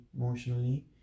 emotionally